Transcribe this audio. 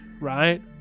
right